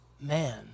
man